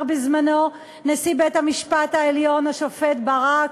בזמנו נשיא בית-המשפט העליון השופט ברק: